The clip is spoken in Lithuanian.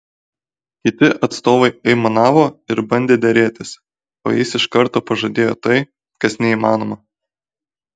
kiti atstovai aimanavo ir bandė derėtis o jis iš karto pažadėjo tai kas neįmanoma